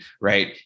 right